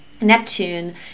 Neptune